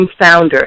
founder